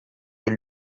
pour